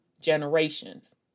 generations